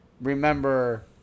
remember